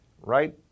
right